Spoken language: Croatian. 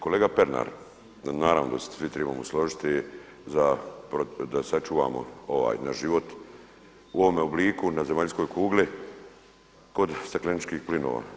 Kolega Pernar, naravno da se svi trebamo složiti da sačuvamo ovaj naš život u ovome obliku na zemaljskoj kugli kod stakleničkih plinova.